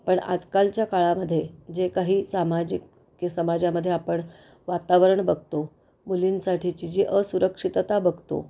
पण आजकालच्या काळामध्ये जे काही सामाजिक की समाजामध्ये आपण वातावरण बघतो मुलींसाठीची जी असुरक्षितता बघतो